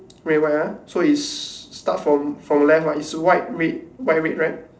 red and white ah so it starts from from the left right it's white red white red right